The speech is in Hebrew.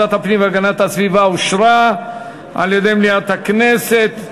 המלצת ועדת הפנים והגנת הסביבה אושרה במליאת הכנסת.